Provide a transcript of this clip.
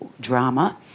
drama